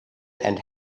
and